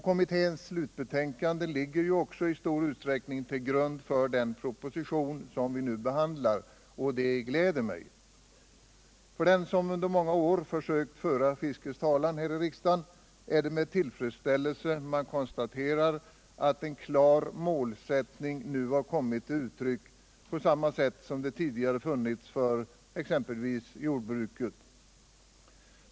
Kommitténs slutbetänkande ligger också i stor utsträckning till grund för den proposition som vi nu behandlar, och det gläder mig. För den som under många år försökt föra fiskets talan här i riksdagen är det en tillfredsställelse att konstatera att en klar målsättning nu har kommit till uttryck på samma sätt som det tidigare funnits för exempelvis jordbruket.